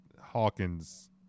Hawkins